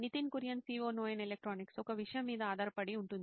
Nitin Kurian COO నోయిన్ electronics ఒక విషయం మీద ఆధారపడి ఉంటుంది